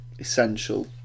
essential